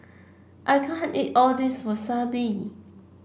I can't eat all this Wasabi